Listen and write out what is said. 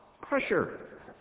Pressure